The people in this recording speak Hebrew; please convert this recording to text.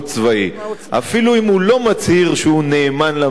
אפילו אם הוא לא מצהיר שהוא נאמן למדינה,